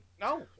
no